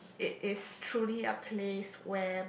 it is truly a place where